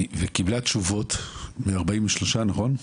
וקיבלה תשובות מ-43 נכון?